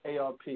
ARP